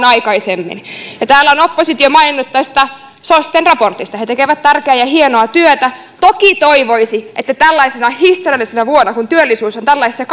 aikaisemmin täällä on oppositio maininnut tästä sosten raportista he tekevät tärkeää ja hienoa työtä toki toivoisi että tällaisena historiallisena vuonna kun työllisyys on tällaisessa